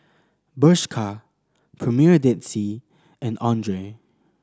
Bershka Premier Dead Sea and Andre